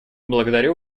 благодарю